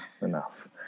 Enough